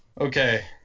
Okay